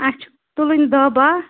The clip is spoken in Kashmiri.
اَسہِ چھِ تُلٕنۍ دَہ بہہ